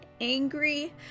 angry